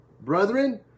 brethren